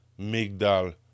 Migdal